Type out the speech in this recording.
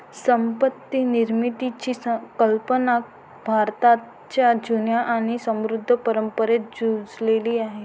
संपत्ती निर्मितीची कल्पना भारताच्या जुन्या आणि समृद्ध परंपरेत रुजलेली आहे